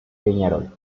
peñarol